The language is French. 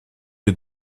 est